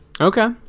okay